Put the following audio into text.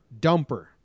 dumper